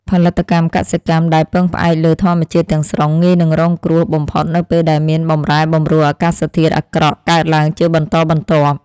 ផលិតកម្មកសិកម្មដែលពឹងផ្អែកលើធម្មជាតិទាំងស្រុងងាយនឹងរងគ្រោះបំផុតនៅពេលដែលមានបម្រែបម្រួលអាកាសធាតុអាក្រក់ កើតឡើងជាបន្តបន្ទាប់។